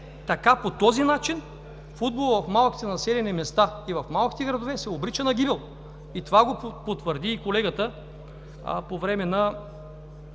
така, по този начин, футболът в малките населени места и в малките градове се обрича на гибел! И това го потвърди и колегата по време на